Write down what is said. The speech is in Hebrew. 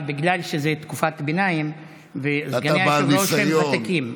אבל בגלל שזאת תקופת ביניים וסגני היושב-ראש הם ותיקים,